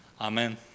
Amen